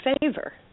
favor